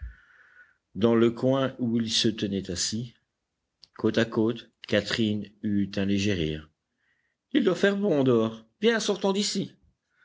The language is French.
dans le coin où ils se tenaient assis côte à côte catherine eut un léger rire il doit faire bon dehors viens sortons d'ici